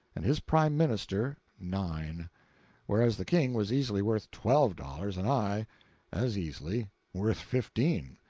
and his prime minister nine whereas the king was easily worth twelve dollars and i as easily worth fifteen.